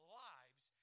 lives